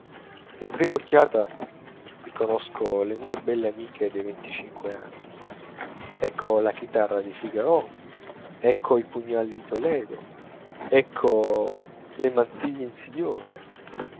alla prima occhiata riconosco le mie belle amiche dei venticinque anni ecco la chitarra di figaro ecco i pugnali di toledo ecco le mantiglie insidiose